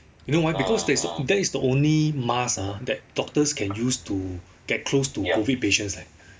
you know why because that's that is the only mask ah that doctors can use to get close to COVID patients leh